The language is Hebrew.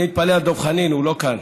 אני מתפלא על דב חנין, הוא לא כאן: